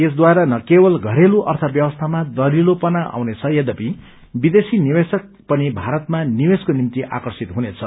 यसद्वारा न केवल घरेलु अर्थव्यवसीमा दहिलोपना आउने छ यधपि विदेशी निवेशक पनि भारमा निवेशको निम्ति आकश्िज्ञत हुनेछ